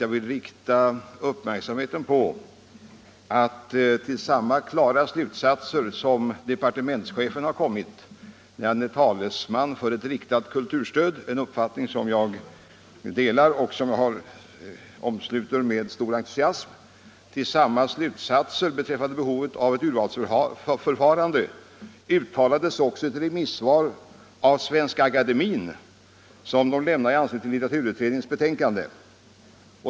Jag vill erinra om att samma slutsatser som departementschefen anför som talesman för ett riktat kulturstöd — en uppfattning som också jag omsluter med stor entusiasm — uttalades av Svenska akademien i remissvaret över litteraturutredningens betänkande.